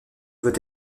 veut